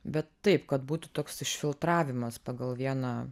bet taip kad būtų toks išfiltravimas pagal vieną